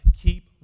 keep